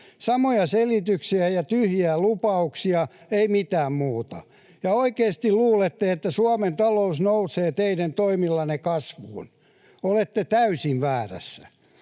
Samoja selityksiä ja tyhjiä lupauksia, ei mitään muuta. Jos oikeasti luulette, että Suomen talous nousee teidän toimillanne kasvuun, olette täysin väärässä.